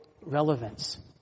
relevance